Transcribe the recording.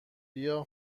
بیا